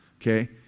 okay